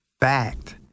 fact